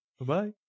Bye-bye